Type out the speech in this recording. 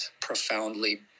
profoundly